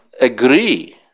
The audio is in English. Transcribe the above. agree